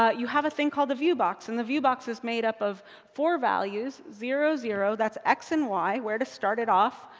ah you have a thing called the viewbox. and the viewbox is made up of four values. zero zero zero, that's x and y, where to start it off,